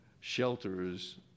shelters